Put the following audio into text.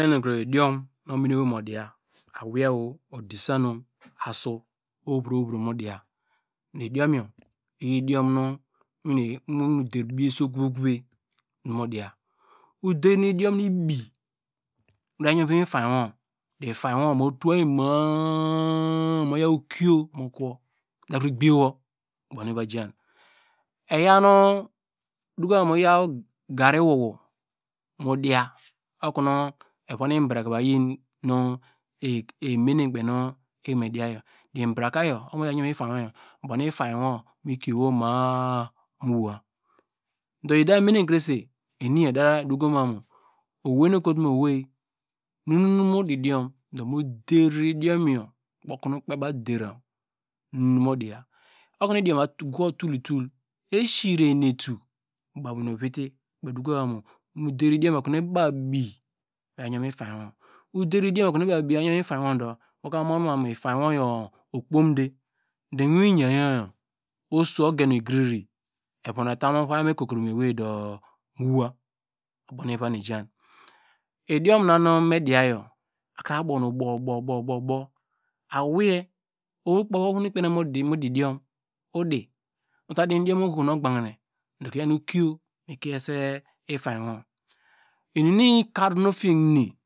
nu idiom mu ominoye mu diya awei odisane asu ohovro ohovro mu diya idiom yor iye idion nu mu der blese okove okove nu mu diya uder nu idiom nu ibi yaw yon mu ivom ifany wor mu tuwany ma mu yaw ikio mokowo mokri gbiye wo uboni va jan udokoma mu mu yaw garri wowo mu diya okonu evon ibraka eyi kpen nu emene ibraka yor okonu ifainy wor mi kiowo ma- a mu wa bidamene krese eniyor edaduko ma mu owei nu ekotu mu owei ini eder idiom yor boko nu ikpei baw deram nu nu modiya okonu idiom iva guwa tutu esirehinetu ubavi nu uvitii eduko mamu mu der idiom yor okonu ima bi eyon di mu ifainy wo under idiom okom ibna bi yor nu itany wor der idiom okonu ima bi oyaw yonemu itany wo ifany wo yor okpomde do iwin oyayor oso ogen wo igiri evon wote mu uvai me kokro ewei mu wai oyo uboni iva nijan idiom nanu me diya yor akra bow nubow bow awei oho nu ikpen okonu mu di idiom udi uta di idiom nu ohony ogbanke do iyan ikio mikiese itainy wo inum ikir nu otiehine.